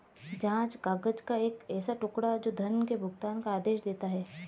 जाँच काग़ज़ का एक ऐसा टुकड़ा, जो धन के भुगतान का आदेश देता है